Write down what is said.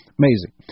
amazing